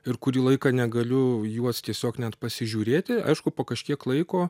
ir kurį laiką negaliu į juos tiesiog net pasižiūrėti aišku po kažkiek laiko